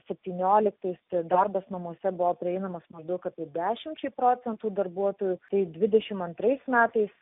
septynioliktais darbas namuose buvo prieinamas maždaug apie dešimčiai procentų darbuotojų tai dvidešim antrais metais